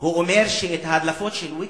הוא אומר שההדלפות של "ויקיליקס"